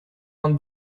inde